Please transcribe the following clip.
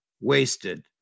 Wasted